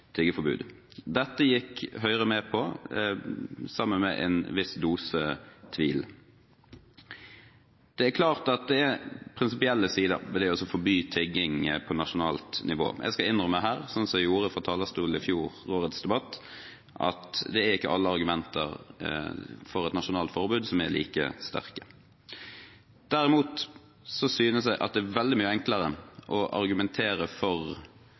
Dette gikk Høyre med på, sammen med en viss dose tvil. Det er klart at det er prinsipielle sider ved det å forby tigging på nasjonalt nivå. Jeg skal innrømme her – som jeg gjorde på talerstolen i fjorårets debatt – at det ikke er alle argumenter for et nasjonalt forbud som er like sterke. Derimot synes jeg at det er veldig mye enklere å argumentere for